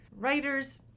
writers